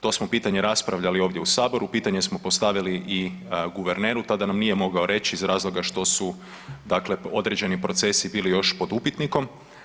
To smo pitanje raspravljali ovdje u saboru, pitanje smo postavili i guverneru, tada nam nije mogao reći iz razloga što su, dakle određeni procesi bili još pod upitnikom.